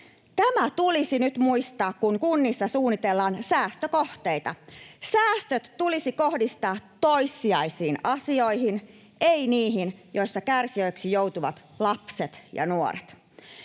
Tämä tulisi nyt muistaa, kun kunnissa suunnitellaan säästökohteita. Säästöt tulisi kohdistaa toissijaisiin asioihin, ei niihin, joissa kärsijöiksi joutuvat lapset ja nuoret.